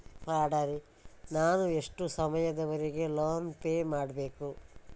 ನಾನು ಎಷ್ಟು ಸಮಯದವರೆಗೆ ಲೋನ್ ಪೇ ಮಾಡಬೇಕು?